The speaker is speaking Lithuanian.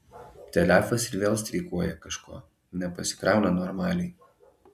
telefas ir vėl streikuoja kažko nepasikrauna normaliai